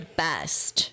best